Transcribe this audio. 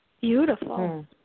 Beautiful